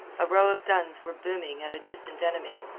a row of guns were booming at a distant enemy.